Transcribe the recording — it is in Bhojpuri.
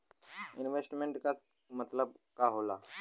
इन्वेस्टमेंट क का मतलब हो ला?